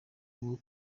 rwo